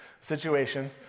situation